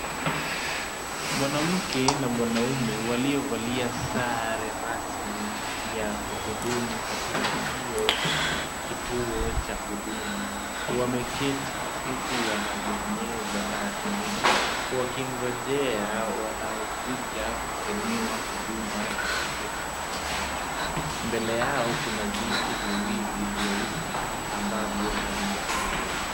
Mwanamke na mwanaume waliovalia sare rasmi ya kuhudumu katika hiyo kituo cha Huduma, wameketi huku wanabonyeza tarakilishi, wakingojea wanaokuja kufanyiwa huduma katika kituo hicho. Mbele yao kuna viti viwili vyeusi ambavyo havijakaliwa.